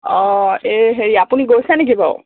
অঁ এই হেৰি আপুনি গৈছে নেকি বাৰু